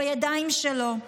בידיים שלו.